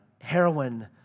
heroin